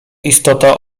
istota